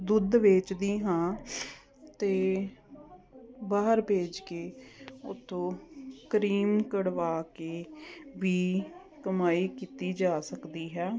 ਦੁੱਧ ਵੇਚਦੀ ਹਾਂ ਅਤੇ ਬਾਹਰ ਭੇਜ ਕੇ ਉਤੋਂ ਕਰੀਮ ਕਢਵਾ ਕੇ ਵੀ ਕਮਾਈ ਕੀਤੀ ਜਾ ਸਕਦੀ ਹੈ